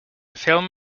film